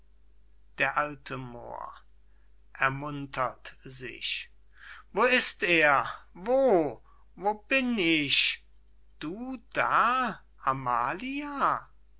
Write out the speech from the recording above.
d a moor ermuntert sich wo ist er wo wo bin ich du da amalia